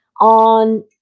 on